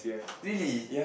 really